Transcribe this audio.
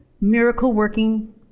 miracle-working